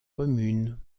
communes